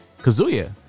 Kazuya